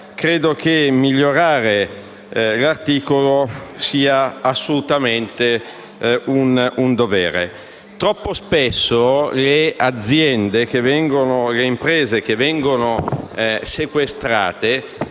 credo che migliorare l'articolo stesso sia assolutamente un dovere. Troppo spesso le imprese che vengono sequestrate